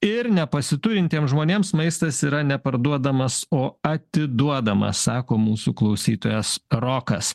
ir nepasiturintiems žmonėms maistas yra neparduodamas o atiduodamas sako mūsų klausytojas rokas